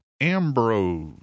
Ambrose